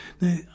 Now